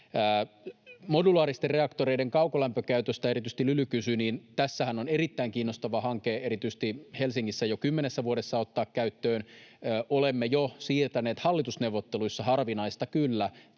Modulaaristen reaktoreiden kaukolämpökäytöstä erityisesti Lyly kysyi, ja tässähän on erittäin kiinnostava hanke erityisesti Helsingissä jo kymmenessä vuodessa ottaa käyttöön. Olemme jo siirtäneet hallitusneuvotteluissa, harvinaista kyllä,